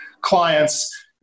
clients